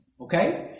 Okay